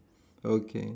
okay